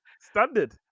Standard